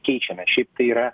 keičiame šiaip tai yra